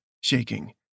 shaking